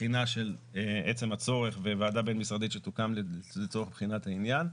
בחינה של עצם הצורך וועדה בין-משרדית שתוקם לצורך בחינת העניין.